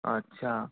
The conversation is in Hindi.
अच्छा